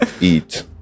eat